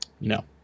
no